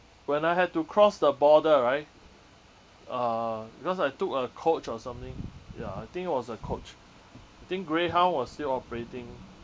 when I had to cross the border right uh because I took a coach or something ya I think it was a coach I think greyhound was still operating